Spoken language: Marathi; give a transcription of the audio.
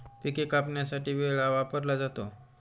पिके कापण्यासाठी विळा वापरला जातो